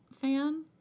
fan